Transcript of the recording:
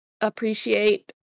appreciate